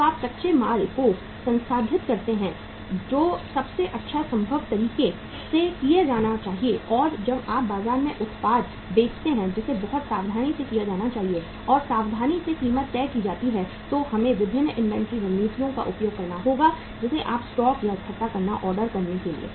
जब आप कच्चे माल को संसाधित करते हैं जो सबसे अच्छा संभव तरीके से किया जाना चाहिए और जब आप बाजार में उत्पाद बेचते हैं जिसे बहुत सावधानी से किया जाना है और सावधानी से कीमत तय की जाती है तो हमें विभिन्न इन्वेंट्री रणनीतियों का उपयोग करना होगा जैसे कि स्टॉक या इकट्ठा करना ऑर्डर करने के लिए